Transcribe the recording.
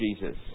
Jesus